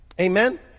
Amen